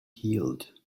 healed